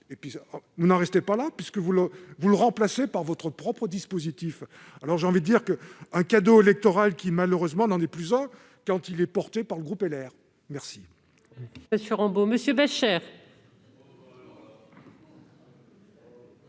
vous n'en restez pas là, puisque vous la remplacez par votre propre dispositif. C'est un cadeau électoral, qui, malheureusement, n'en est plus un, quand il est porté par le groupe Les